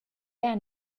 han